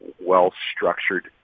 well-structured